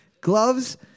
gloves